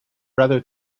rather